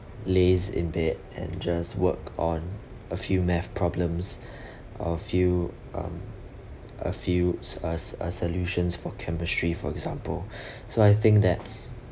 laze in bed and just work on a few math problems a few um a few s~ uh uh solutions for chemistry for example so I think that